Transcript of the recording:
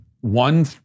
one